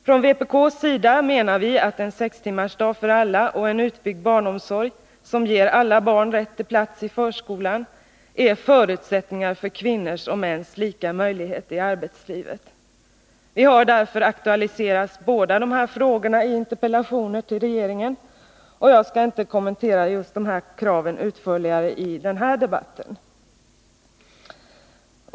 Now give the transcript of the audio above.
Från vpk:s sida menar vi att en sextimmarsdag för alla och en utbyggd barnomsorg som ger alla barn rätt till plats i förskolan är förutsättningar för kvinnors och mäns lika möjligheter i arbetslivet. Vi har därför aktualiserat båda dessa frågor i interpellationer till regeringen, och jag skall därför inte kommentera just dessa krav utförligare i den här debatten.